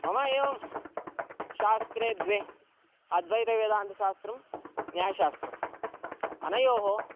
मम एवं शास्त्रे द्वे अद्वैतवेदान्तशास्त्रं न्यायशास्त्रम् अनयोः